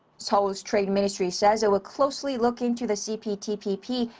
seoul's trade ministry says it will closely look into the cptpp,